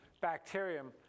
bacterium